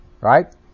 right